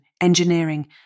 engineering